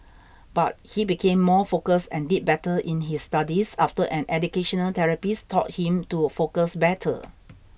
but he became more focused and did better in his studies after an educational therapist taught him to focus better